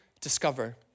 discover